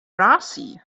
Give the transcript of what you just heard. darcy